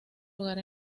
lugar